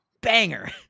banger